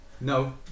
no